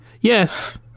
yes